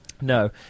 No